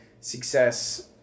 success